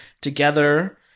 Together